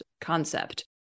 concept